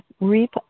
reap